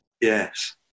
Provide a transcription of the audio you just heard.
Yes